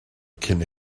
cyn